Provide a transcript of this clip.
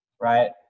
Right